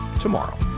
tomorrow